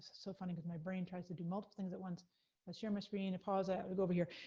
so funny, because my brain tries to do multiple things at once. i'll share my screen, and pause out, i'll go over here.